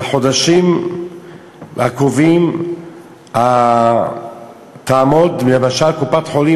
ובחודשים הקרובים תעמוד למשל קופת-חולים